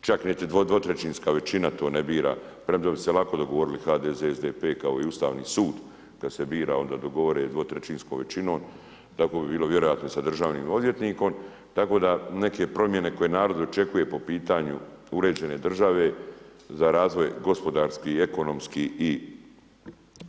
Čak dvotrećinska većina to ne bira, premda bi se lako dogovorili HDZ, SDP kao i Ustavni sud, kada se bira onda govore dvotrećinskom većinom, tako bi bilo vjerojatno i sa Državnim odvjetnikom, tako da neke promijene, koje narod očekuje, po pitanju uređene države, za razvoj gospodarski i ekonomski i